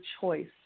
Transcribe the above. choice